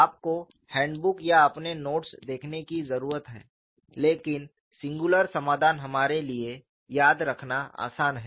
आपको हैंडबुक या अपने नोट्स देखने की जरूरत है लेकिन सिंगुलर समाधान हमारे लिए याद रखना आसान है